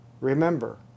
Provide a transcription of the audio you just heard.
Remember